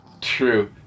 True